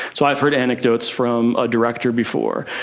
so i have heard anecdotes from a director before,